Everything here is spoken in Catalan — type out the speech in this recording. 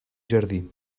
jardí